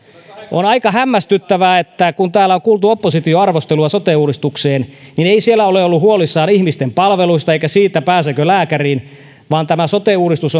on aika hämmästyttävää että kun täällä on kuultu opposition arvostelua sote uudistuksesta niin ei siellä ole oltu huolissaan ihmisten palveluista eikä siitä pääseekö lääkäriin vaan tämä sote uudistus